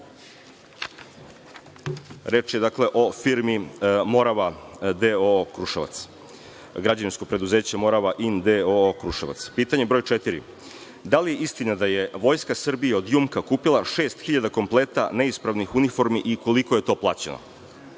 Reč je, dakle, o firmi „Morava“ d.o.o. Kruševac, građevinsko preduzeće „Morava In“ d.o.o. Kruševac. Pitanje broj četiri – da li je istina da je Vojska Srbije od „Jumka“ kupila šest hiljada kompleta neispravnih uniformi i koliko je to plaćeno? Nadležni